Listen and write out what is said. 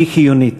היא חיונית.